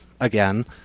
again